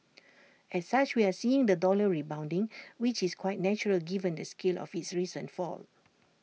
as such we are seeing the dollar rebounding which is quite natural given the scale of its recent fall